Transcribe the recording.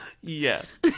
Yes